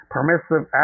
permissive